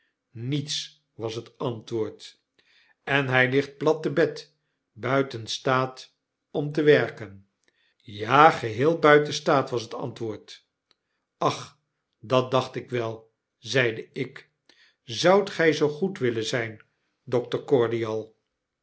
mets was het antwoord en hy ligt plat te bed buiten staat om te werken ja geheel buiten staat was t antwoord ach dat dacht ik wel zeide ik zoudt gy zoo goed willen zyn dokter